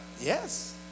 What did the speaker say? yes